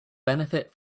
benefit